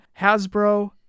Hasbro